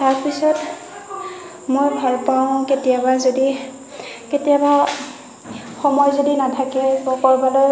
তাৰ পিছত মই ভাল পাওঁ কেতিয়াবা যদি কেতিয়াবা সময় যদি নাথাকে বা ক'ৰবালৈ